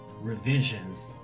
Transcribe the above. revisions